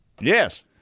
Yes